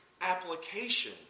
application